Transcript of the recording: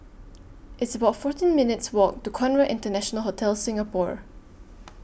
It's about fourteen minutes' Walk to Conrad International Hotel Singapore